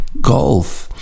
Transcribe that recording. Golf